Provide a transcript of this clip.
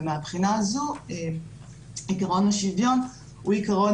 ומבחינה זו עיקרון השוויון הוא עיקרון